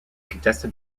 contested